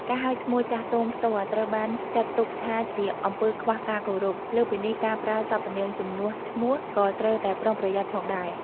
ការហៅឈ្មោះចាស់ទុំផ្ទាល់ ត្រូវបានចាត់ទុកថាជាអំពើខ្វះការគោរព។ លើសពីនេះ ការប្រើសព្វនាមជំនួសឈ្មោះ ក៏ត្រូវតែប្រុងប្រយ័ត្នផងដែរ។